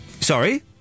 Sorry